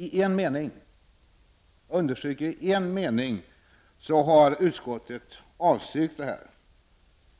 I en mening, jag understryker i en mening, har utskottet avstyrkt detta.